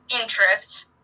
interests